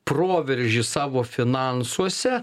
proveržį savo finansuose